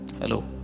Hello